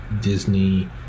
disney